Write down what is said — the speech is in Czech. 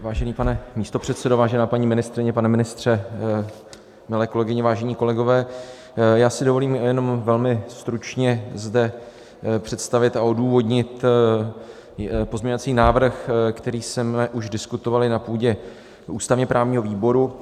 Vážený pane místopředsedo, vážená paní ministryně, pane ministře, milé kolegyně, vážení kolegové, já si dovolím jenom velmi stručně zde představit a odůvodnit pozměňovací návrh, který jsme už diskutovali na půdě ústavněprávního výboru.